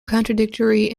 contradictory